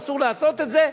אסור לעשות את זה.